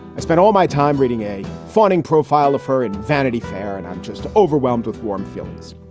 i spent all my time reading a fawning profile of her in vanity fair. and i'm just overwhelmed with warm feelings,